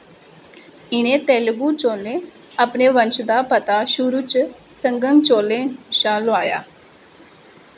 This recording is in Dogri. इ'नें तेलुगु चोलें अपने वंश दा पता शुरू च संगम चोलें कशा लोआया